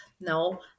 no